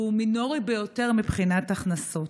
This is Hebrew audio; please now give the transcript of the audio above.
והוא מינורי ביותר מבחינת הכנסות.